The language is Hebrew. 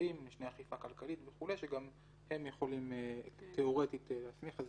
נוספים שיכולים תאורטית להסמיך.